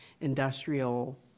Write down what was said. industrial